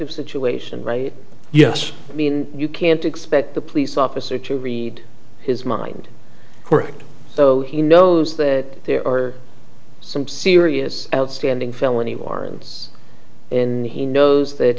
corrective situation right yes i mean you can't expect the police officer to read his mind correct so he knows that there are some serious outstanding felony warrants and he knows that